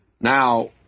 Now